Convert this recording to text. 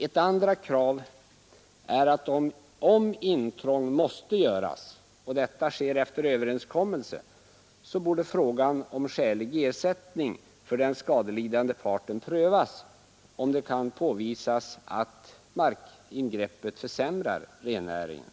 Ett andra krav är att om intrång måste göras, och detta sker efter överenskommelse, frågan om skälig ersättning för den skadelidande parten prövas — om det kan påvisas att markingreppet försämrar för rennäringen.